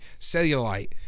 cellulite